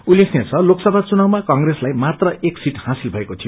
उल्लेखनीय छ लोकसभा चुनावमा कंग्रेसलाई मात्र एक सिट हासिल भएको थियो